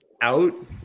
out